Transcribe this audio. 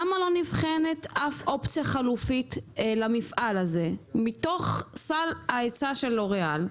למה לא נבחנת אף אופציה חלופית למפעל הזה מתוך סל ההיצע של לוריאל?